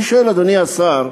אני שואל, אדוני השר,